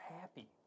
happy